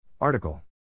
Article